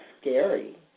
scary